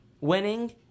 winning